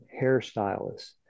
hairstylists